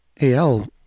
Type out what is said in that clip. AL